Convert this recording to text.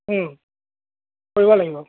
কৰিব লাগিব